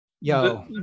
Yo